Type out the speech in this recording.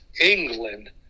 England